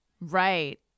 Right